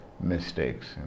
mistakes